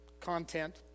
content